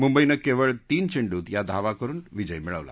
मुंबईनं केवळ तीन चेंडूत या धावा करून विजय मिळवला